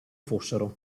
fossero